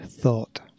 Thought